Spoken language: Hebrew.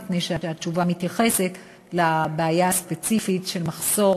מפני שהתשובה מתייחסת לבעיה הספציפית של מחסור